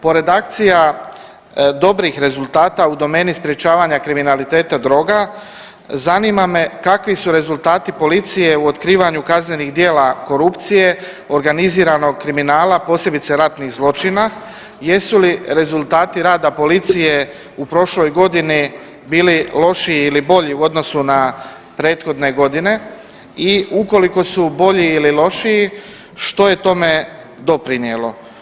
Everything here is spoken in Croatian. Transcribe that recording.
Pored akcija dobrih rezultata u domeni sprječavanja kriminaliteta droga zanima me kakvi su rezultati policije u otkrivanju kaznenih djela korupcije, organiziranog kriminala posebice ratnih zločina, jesu li rezultati rada policije u prošloj godini bili lošiji ili bolji u odnosu na prethodne godine i ukoliko su bolji ili lošiji što je tome doprinjelo?